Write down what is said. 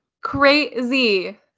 crazy